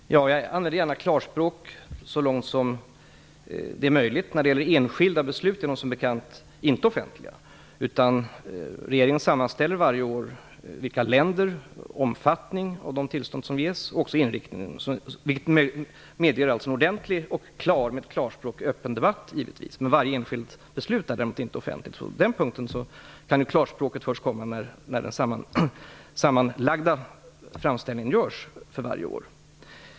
Fru talman! Jag använder gärna klarspråk så långt det är möjligt. Enskilda beslut är som bekant inte offentliga, utan regeringen sammanställer varje år uppgifter om vilka länder som berörs, omfattningen av de tillstånd som ges och inriktningen. Detta möjliggör en ordentlig och öppen debatt, i klarspråk. Varje enskilt beslut är däremot inte offentligt. På den punkten kan klarspråket komma först när den sammanfattande sammanställningen görs varje år.